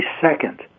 second